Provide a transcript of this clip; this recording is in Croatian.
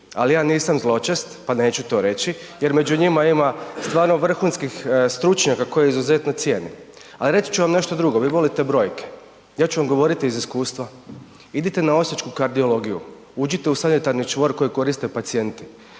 ali ja nisam zločest pa neću to reći jer među njima ima stvarno vrhunskih stručnjaka koje izuzetno cijenim. Ali reći ću vam nešto drugo, vi volite brojke, ja ću vam govoriti iz iskustva, idite na osječku kardiologiju, uđite u sanitarni čvor koji koriste pacijenti.